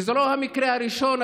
וזה לא המקרה הראשון,